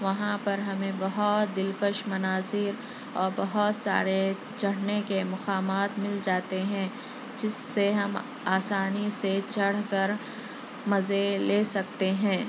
وہاں پر ہمیں بہت دلکش مناظر اور بہت سارے چڑھنے کے مقامات مل جاتے ہیں جس سے ہم آسانی سے چڑھ کر مزے لے سکتے ہیں